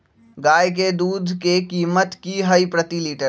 गाय के दूध के कीमत की हई प्रति लिटर?